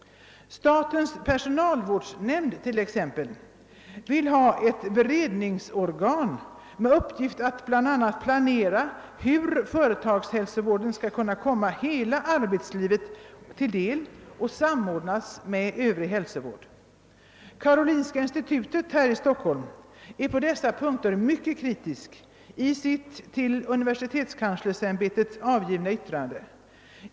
Statens personalvårdsnämnd vill ha ett beredningsorgan med uppgift att bland annat planera hur företagshälsovården skall kunna komma hela arbetslivet till del och samordnas med övrig hälsovård. Karolinska institutet i Stockholm är på dessa punkter mycket kritiskt i sitt till universitetskanslersämbetet avgivna yttrande.